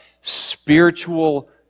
spiritual